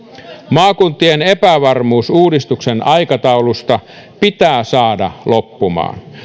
maakuntien epävarmuus uudistuksen aikataulusta pitää saada loppumaan